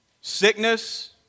sickness